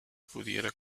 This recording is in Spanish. pudiera